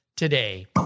today